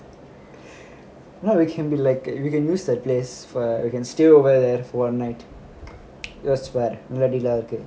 you know we can be like we can use the place for we can stay over there for one night yes for